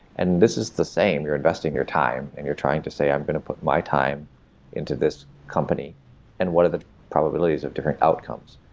and this is the same, you're investing your time and you're trying to say, i'm going to put my time into this company and what are the probabilities of different outcomes.